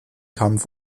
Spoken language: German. kampf